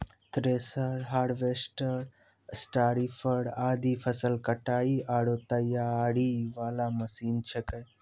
thresher, harvester, स्टारीपर आदि फसल कटाई आरो तैयारी वाला मशीन छेकै